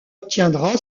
obtiendra